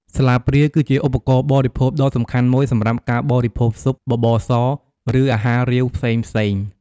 ស្លាបព្រាគឺជាឧបករណ៍បរិភោគដ៏សំខាន់មួយសម្រាប់ការបរិភោគស៊ុប បបរស ឬអាហាររាវផ្សេងៗ។